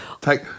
take